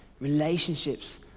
relationships